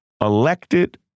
elected